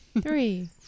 Three